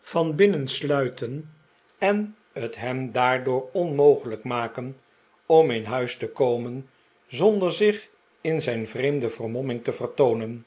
van binnen sluiten en het hem daardoor onmogelijk maken om in huis te komen zonder zich in zijn vreemde vermomming te vertoonen